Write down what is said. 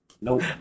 Nope